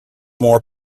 more